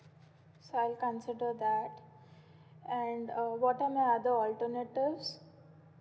so I'll consider that and uh what are my other alternatives